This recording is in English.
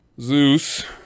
Zeus